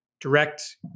direct